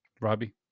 Robbie